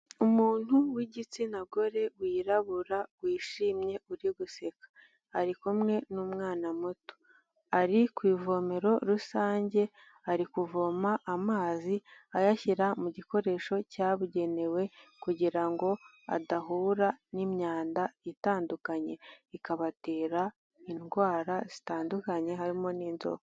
Umuntu w'igitsina gore wirabura wishimye uri guseka, ari kumwe n'umwana muto, ari ku ivomero rusange, ari kuvoma amazi ayashyira mu gikoresho cyabugenewe, kugira ngo adahura n'imyanda itandukanye, ikabatera indwara zitandukanye, harimo n'inzoka.